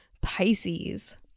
Pisces